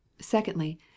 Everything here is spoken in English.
secondly